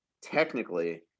technically